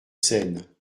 seine